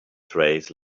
trays